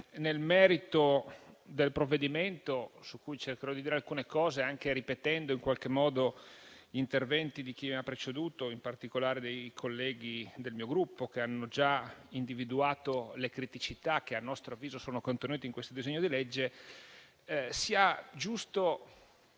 nel merito del provvedimento, su cui cercherò di dire alcune cose, anche ripetendo in qualche modo gli interventi di chi mi ha preceduto e, in particolare, dei colleghi del mio Gruppo che hanno già individuato, le criticità che - a nostro avviso - sono contenute nel disegno di legge al nostro